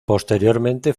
posteriormente